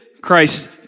Christ